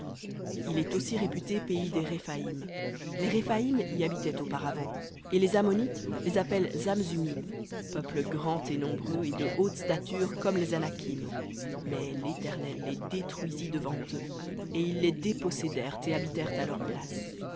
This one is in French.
il est aussi réputé pays des rephaïm les rephaïm y habitaient auparavant et les ammonites les appellent âmes peuple grand et nombreux et de haute stature comme les anakim mais l'éternel les détruisit devant eux et ils les dépossédèrent et habitèrent à leur place